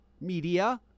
media